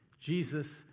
Jesus